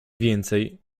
więcej